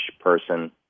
person